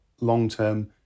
long-term